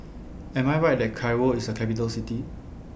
Am I Right that Cairo IS A Capital City